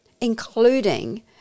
including